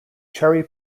cherry